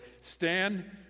stand